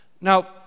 Now